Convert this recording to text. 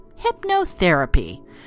hypnotherapy